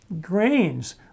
Grains